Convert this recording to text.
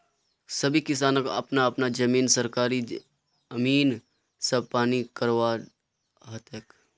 सभी किसानक अपना अपना जमीन सरकारी अमीन स नापी करवा ह तेक